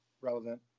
relevant